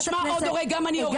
גם אני הורה.